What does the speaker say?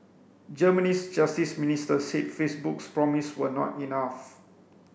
Germany's justice minister said Facebook's promise were not enough